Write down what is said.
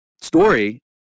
story